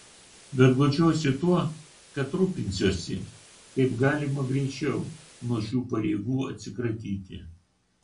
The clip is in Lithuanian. bet guodžiuosi tuo kad rūpinsiuosi kaip galima greičiau nuo šių pareigų atsikratyti